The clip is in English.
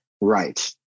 Right